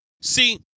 See